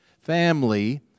family